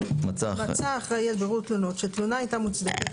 (ב)מצא האחראי על בירור תלונות שתלונה הייתה מוצדקת,